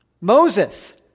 Moses